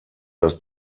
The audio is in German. dass